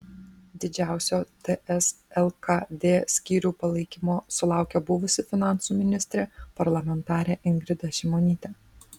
didžiausio ts lkd skyrių palaikymo sulaukė buvusi finansų ministrė parlamentarė ingrida šimonytė